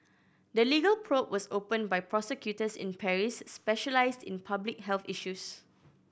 the legal probe was opened by prosecutors in Paris specialised in public health issues